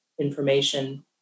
information